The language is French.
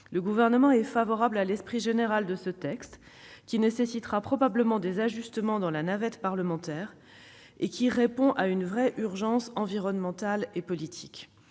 Le Gouvernement est favorable à l'esprit général de ce texte, qui nécessitera probablement des ajustements au cours de la navette parlementaire, mais qui répond à une vraie urgence environnementale et politique.